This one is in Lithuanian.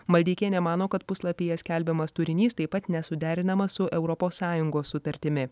maldeikienė mano kad puslapyje skelbiamas turinys taip pat nesuderinamas su europos sąjungos sutartimi